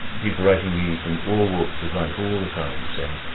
people writing me from all walks of life all the time saying,